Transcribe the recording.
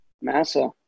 Massa